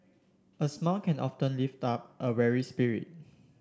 a smile can often lift up a weary spirit